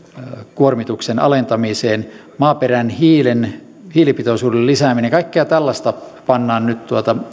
kuormituksen alentamiseen maaperän hiilipitoisuuden hiilipitoisuuden lisääminen kaikkea tällaista pannaan nyt